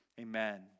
amen